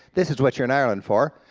this is what you're in ireland for.